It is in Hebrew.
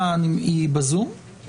סדר